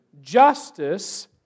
justice